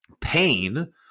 pain